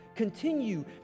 continue